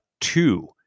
two